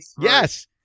Yes